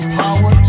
power